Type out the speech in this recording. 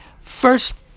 First